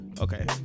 okay